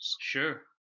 Sure